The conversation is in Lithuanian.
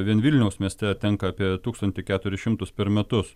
vien vilniaus mieste tenka apie tūkstantį keturis šimtus per metus